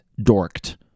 dorked